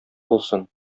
булсын